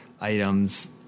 items